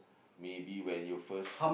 maybe when you first